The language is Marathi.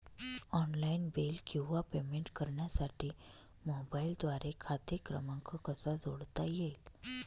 ऑनलाईन बिल किंवा पेमेंट करण्यासाठी मोबाईलद्वारे खाते क्रमांक कसा जोडता येईल?